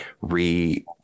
re